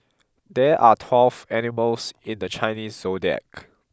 there are twelve animals in the Chinese Zodiac